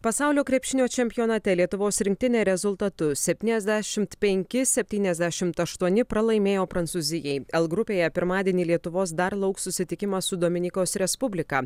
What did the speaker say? pasaulio krepšinio čempionate lietuvos rinktinė rezultatu septyniasdešimt penki septyniasdešimt aštuoni pralaimėjo prancūzijai l grupėje pirmadienį lietuvos dar lauks susitikimas su dominikos respublika